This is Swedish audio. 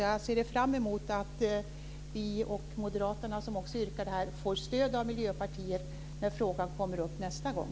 Jag ser därför fram emot att vi och Moderaterna, som också yrkade på detta, får stöd av Miljöpartiet när frågan kommer upp nästa gång.